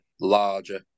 larger